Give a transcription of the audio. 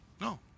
No